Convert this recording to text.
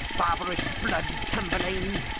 barbarous bloody tamburlaine!